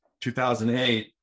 2008